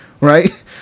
right